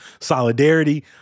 solidarity